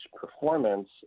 performance